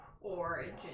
Origin